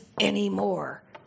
anymore